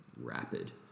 rapid